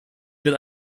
wird